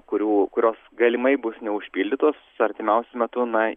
kurių kurios galimai bus neužpildytos artimiausiu metu na